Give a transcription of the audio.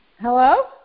Hello